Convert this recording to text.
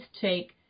take